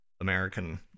american